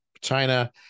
China